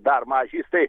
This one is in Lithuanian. dar mažis tai